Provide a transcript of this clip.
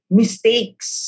mistakes